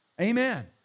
Amen